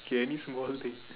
okay any small thing